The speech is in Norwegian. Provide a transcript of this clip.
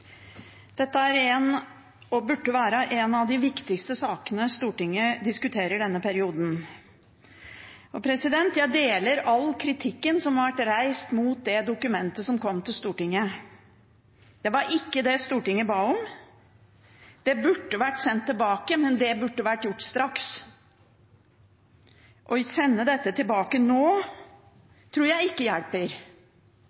Dette er og burde være en av de viktigste sakene Stortinget diskuterer denne perioden, og jeg deler all kritikken som har vært reist mot det dokumentet som kom til Stortinget. Det var ikke det Stortinget ba om. Det burde vært sendt tilbake, men det burde vært gjort straks. Å sende dette tilbake nå